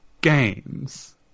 games